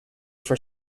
for